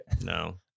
No